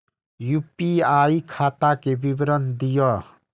UPI खाता के विवरण दिअ?